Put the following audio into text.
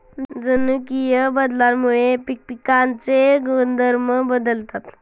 जनुकीय बदलामुळे पिकांचे गुणधर्म बदलतात